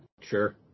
Sure